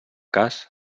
cas